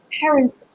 parent's